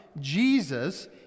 Jesus